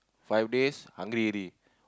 five days hungry already